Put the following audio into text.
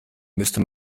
müsste